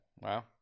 Wow